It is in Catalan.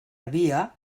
havia